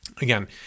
Again